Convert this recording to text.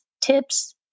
tips